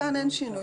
וכאן אין שינוי